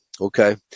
Okay